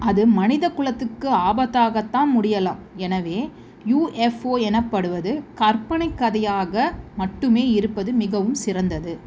அது மனித குலத்துக்கு ஆபத்தாகத்தான் முடியலாம் எனவே யுஎஃப்ஒ எனப்படுவது கற்பனை கதையாக மட்டுமே இருப்பது மிகவும் சிறந்தது